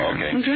Okay